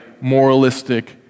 moralistic